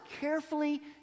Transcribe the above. carefully